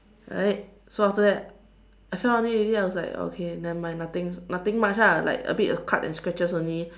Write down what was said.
right so after that I fell on it already I was like okay nevermind like nothing much lah a bit cut and scratches only